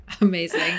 Amazing